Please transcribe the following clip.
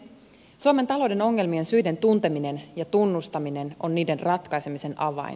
suomen talouden ongelmien syiden tunteminen ja tunnustaminen on niiden ratkaisemisen avain